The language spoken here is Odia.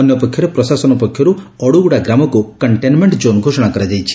ଅନ୍ୟପକ୍ଷରେ ପ୍ରଶାସନ ପକ୍ଷରୁ ଅଡୁଗୁଡ଼ା ଗ୍ରାମକୁ କକ୍କେନ୍ମେଣ୍କ ଜୋନ୍ ଘୋଷଣା କରାଯାଇଛି